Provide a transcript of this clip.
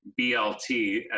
BLT